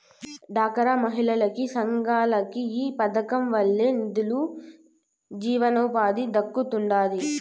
డ్వాక్రా మహిళలకి, సంఘాలకి ఈ పదకం వల్లనే నిదులు, జీవనోపాధి దక్కతండాడి